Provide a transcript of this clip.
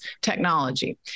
technology